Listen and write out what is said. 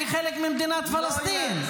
כחלק ממדינת פלסטין.